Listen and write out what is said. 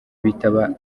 bitaba